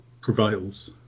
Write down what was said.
prevails